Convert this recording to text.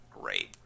Great